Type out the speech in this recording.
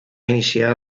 iniciar